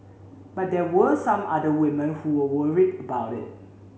but there were some other women who were worried about it